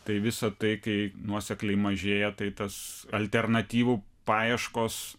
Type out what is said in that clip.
tai visą tai kai nuosekliai mažėja tai tas alternatyvų paieškos